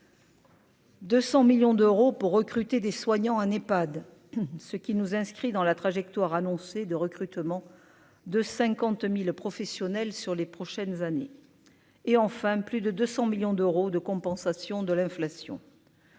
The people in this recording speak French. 200 millions d'euros pour recruter des soignants ah Nepad ce qui nous a inscrit dans la trajectoire annoncée de recrutement de 50000 professionnels sur les prochaines années et enfin plus de 200 millions d'euros de compensation de l'inflation.